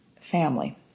family